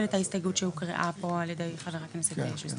את ההסתייגות שהוקראה פה על ידי חה"כ אלון שוסטר.